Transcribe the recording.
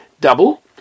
double